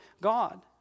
God